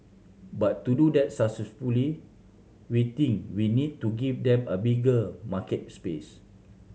but to do that successfully we think we need to give them a bigger market space